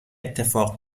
اتفاق